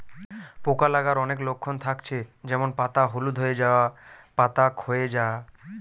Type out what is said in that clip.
পোকা লাগার অনেক লক্ষণ থাকছে যেমন পাতা হলুদ হয়ে যায়া, পাতা খোয়ে যায়া